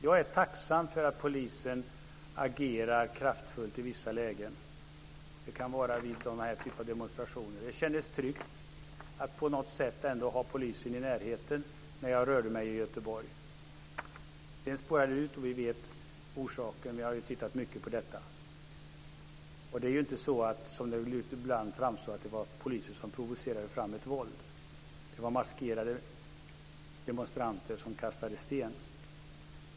Jag är tacksam för att polisen agerar kraftfullt i vissa lägen. Det kan vara vid denna typ av demonstrationer. Det kändes tryggt att på något sätt ändå ha polisen i närheten när jag rörde mig i Göteborg. Sedan spårade det ur, och vi vet orsaken. Vi har tittat mycket på detta. Det var inte, som det ibland framstår som, polisen som provocerade fram ett våld. Det var maskerade demonstranter som kastade sten.